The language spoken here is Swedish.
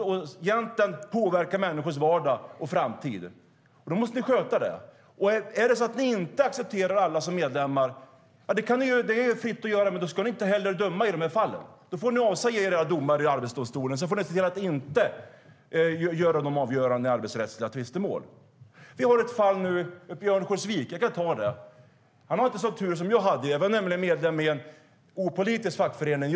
Ni kan påverka människors vardag och framtid. Om ni inte accepterar alla som medlemmar ska ni inte heller besluta i dessa fall. Då får ni avsäga er rätten att delta i avgörandet av arbetsrättsliga tvistemål i Arbetsdomstolen.Det finns ett fall i Örnsköldsvik. Den som det handlar om hade inte en sådan tur som jag hade. Jag var nämligen medlem i en opolitisk fackförening.